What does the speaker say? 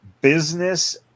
business